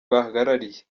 bahagarariye